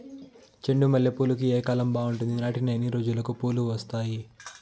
చెండు మల్లె పూలుకి ఏ కాలం బావుంటుంది? నాటిన ఎన్ని రోజులకు పూలు వస్తాయి?